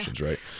right